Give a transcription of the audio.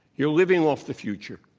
you're living off the future.